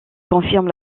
confirme